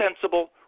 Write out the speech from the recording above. sensible